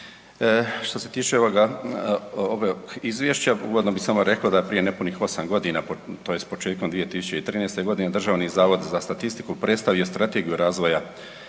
Što se tiče ovoga izvješća uvodno bih samo rekao da je prije nepunih 8 godina tj. početkom 2013. godine Državni zavod za statistiku predstavio Strategiju razvoja